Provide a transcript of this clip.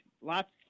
lots